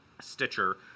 Stitcher